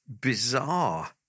bizarre